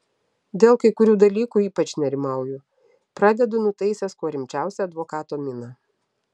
dėl kai kurių dalykų ypač nerimauju pradedu nutaisęs kuo rimčiausią advokato miną